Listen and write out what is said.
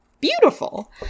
Beautiful